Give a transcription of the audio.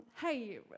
hey